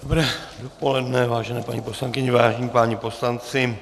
Dobré dopoledne, vážené paní poslankyně, vážení páni poslanci.